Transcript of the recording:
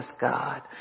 God